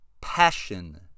passion